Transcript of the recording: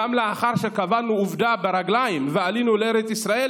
גם לאחר שקבענו עובדה ברגליים ועלינו לארץ ישראל,